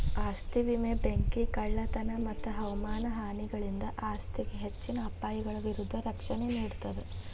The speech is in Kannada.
ಆಸ್ತಿ ವಿಮೆ ಬೆಂಕಿ ಕಳ್ಳತನ ಮತ್ತ ಹವಾಮಾನ ಹಾನಿಗಳಿಂದ ಆಸ್ತಿಗೆ ಹೆಚ್ಚಿನ ಅಪಾಯಗಳ ವಿರುದ್ಧ ರಕ್ಷಣೆ ನೇಡ್ತದ